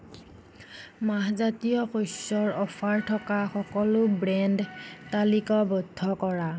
মাহ জাতীয় শস্যৰ অফাৰ থকা সকলো ব্ৰেণ্ড তালিকাবদ্ধ কৰা